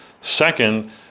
Second